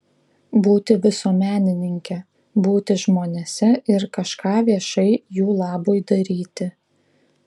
būti visuomenininke būti žmonėse ir kažką viešai jų labui daryti